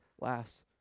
last